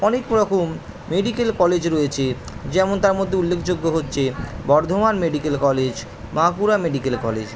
অনেক রকম medical college রয়েছে যেমন তার মধ্যে উল্লেখযোগ্য হচ্ছে Bardhaman medical college Bankura medical college